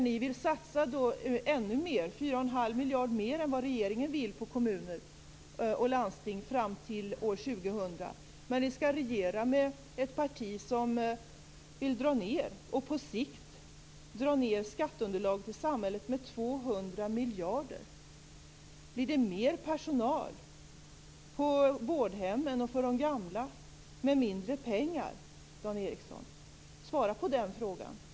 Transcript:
Ni vill satsa ännu mer, 41⁄2 miljarder mer än vad regeringen vill, på kommuner och landsting fram till år 2000. Men ni skall regera med ett parti som på sikt vill dra ned skatteunderlaget i samhället med 200 miljarder. Blir det mer personal på vårdhemmen och för de gamla med mindre pengar, Dan Ericsson? Svara på den frågan.